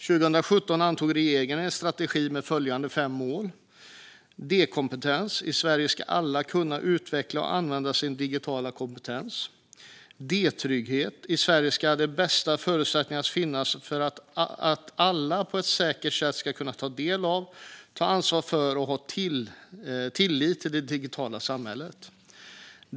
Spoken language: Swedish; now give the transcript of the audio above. År 2017 antog regeringen en strategi med följande fem mål: D-kompetens: I Sverige ska alla kunna utveckla och använda sin digitala kompetens. D-trygghet: I Sverige ska de bästa förutsättningarna finnas för att alla på ett säkert sätt ska kunna ta del av, ta ansvar för och ha tillit till det digitala samhället.